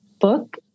book